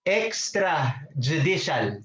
extrajudicial